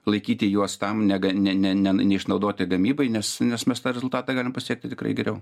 laikyti juos tam nega ne ne ne neišnaudoti gamybai nes nes mes tą rezultatą galim pasiekti tikrai geriau